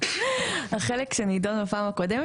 -- החלק שנדון בפעם הקודמת,